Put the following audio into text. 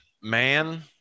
Man